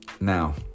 Now